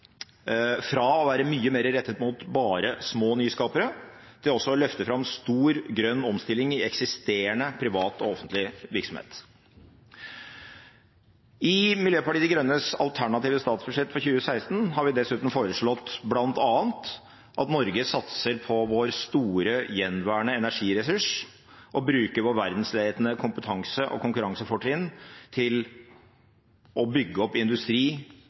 rettet mot små nyskapere til også å løfte fram stor, grønn omstilling i eksisterende privat og offentlig virksomhet. I Miljøpartiet De Grønnes alternative statsbudsjett for 2016 har vi dessuten bl.a. foreslått at Norge satser på vår store, gjenværende energiressurs og bruker vår verdensledende kompetanse og vårt konkurransefortrinn til å bygge opp industri